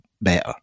better